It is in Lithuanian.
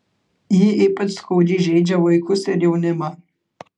ji ypač skaudžiai žeidžia vaikus ir jaunimą